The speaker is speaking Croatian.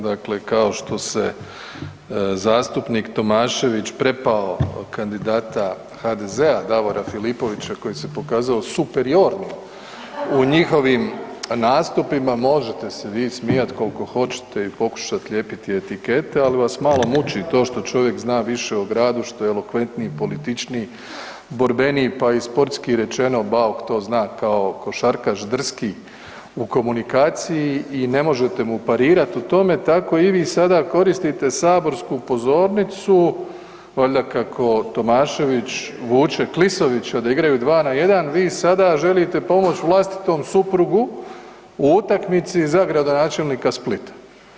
Dakle, kao što se zastupnik Tomašević prepao kandidata HDZ-a Davora Filipovića koji se pokazao superiornim u njihovim nastupima, možete se svi smijati koliko hoćete i pokušati lijepiti etikete, ali vas malo muči to što čovjek zna više o gradu, što je elokventniji, političniji, borbeniji, pa i sportski rečeno, Bauk to zna kao košarkaš, drski u komunikaciji i ne možete mu parirati u tome, tako i vi sada koristite saborsku pozornicu valjda kako Tomašević vuče Klisovića da igraju 2 na 1, vi sada želite pomoći vlastitom suprugu u utakmici za gradonačelnika Splita.